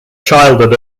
childhood